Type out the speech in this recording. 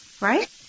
Right